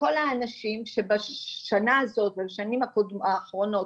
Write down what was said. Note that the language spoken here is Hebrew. שכל האנשים שבשנה הזו ובשנים האחרונות,